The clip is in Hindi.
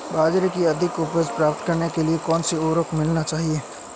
बाजरे की अधिक उपज प्राप्त करने के लिए कौनसा उर्वरक मिलाना चाहिए?